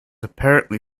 apparently